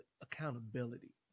accountability